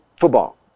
football